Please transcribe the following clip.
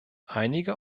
einige